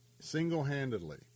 single-handedly